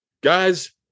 guys